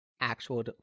Actual